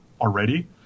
already